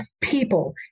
people